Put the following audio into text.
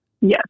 Yes